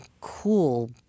cool